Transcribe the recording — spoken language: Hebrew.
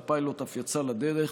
והפיילוט אף יצא לדרך,